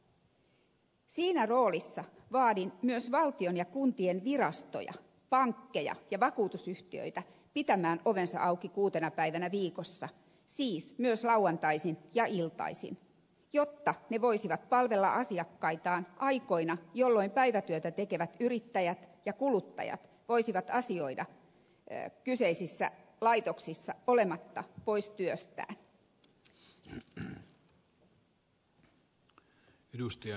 siinä roolissa vaadin myös valtion ja kuntien virastoja pankkeja ja vakuutusyhtiöitä pitämään ovensa auki kuutena päivänä viikossa siis myös lauantaisin ja iltaisin jotta ne voisivat palvella asiakkaitaan aikoina jolloin päivätyötä tekevät yrittäjät ja kuluttajat voisivat asioida kyseisissä laitoksissa olematta pois työstään